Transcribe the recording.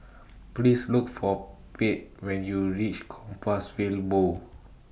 Please Look For Pate when YOU REACH Compassvale Bow